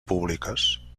públiques